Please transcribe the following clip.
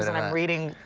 and i'm reading.